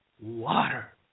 Water